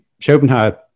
Schopenhauer